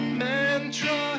mantra